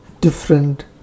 different